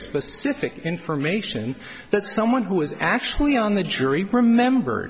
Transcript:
specific information that someone who was actually on the jury remember